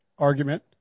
Argument